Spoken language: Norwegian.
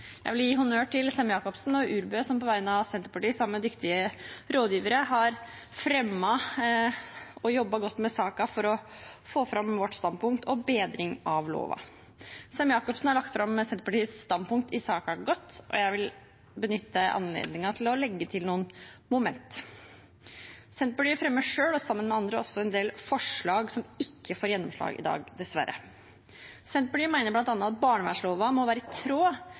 Jeg vil gi honnør til representantene Sem-Jacobsen og Urbø, som på vegne av Senterpartiet sammen med dyktige rådgivere har fremmet forslag og jobbet godt med saken for å få fram vårt standpunkt og få til bedring av loven. Sem-Jacobsen har lagt fram Senterpartiets standpunkt i saken godt, og jeg vil benytte anledningen til å legge til noen momenter. Senterpartiet fremmer selv og sammen med andre også en del forslag som ikke får gjennomslag i dag, dessverre. Senterpartiet mener bl.a. at barnevernsloven må være i tråd